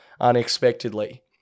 unexpectedly